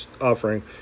offering